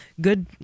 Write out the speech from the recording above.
good